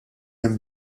hemm